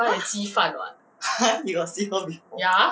!huh! !huh! you got see her before